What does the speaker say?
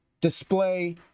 display